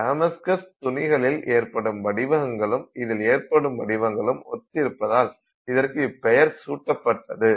Damascus துணிகளில் ஏற்படும் வடிவங்களும் இதில் ஏற்படும் வடிவங்களும் ஒத்திருப்பதால் இதற்கு இப்பெயர் சூட்டப்பட்டது